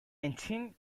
engine